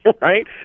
right